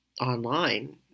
online